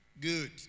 Good